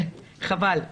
חבל,